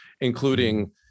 including